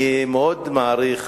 אני מאוד מעריך